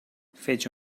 fece